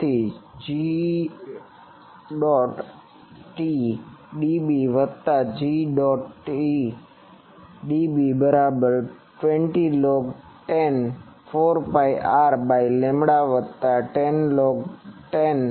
તેથી Got dB વત્તા Got dB બરાબર 20log10 4 pi R by lambda વત્તા 10log10 Pr બાય Pt